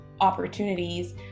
opportunities